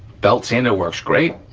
belt sander works great,